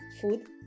food